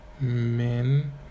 men